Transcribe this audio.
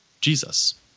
Jesus